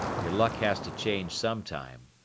your luck has to change sometime.